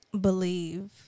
Believe